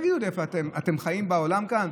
תגידו לי, אתם חיים בעולם כאן?